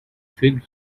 fig